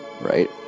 right